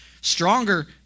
stronger